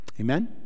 Amen